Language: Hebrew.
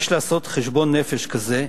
יש לעשות חשבון נפש כזה,